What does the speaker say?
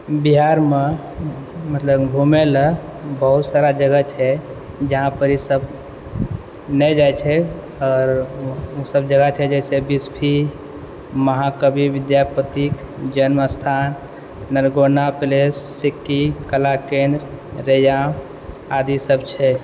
बिहारमे मतलब घूमे लए बहुत सारा जगह छै जहाँपर ई सब नहि जाइ छै आ ओ सब जे जगह छै बिस्फी महाकवि विद्यापतिक जन्म स्थान नरगौना पैलेस सिक्की कला केन्द्र रैयाम आदि सब छै